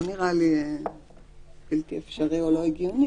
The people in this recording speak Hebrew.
זה לא נראה לי בלתי אפשרי או לא הגיוני.